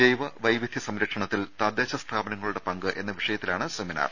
ജൈവ വൈവിധ്യ സംരക്ഷണത്തിൽ തദ്ദേശ സ്ഥാപനങ്ങളുടെ പങ്ക് എന്ന വിഷയത്തിലാണ് വെബിനാർ